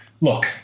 Look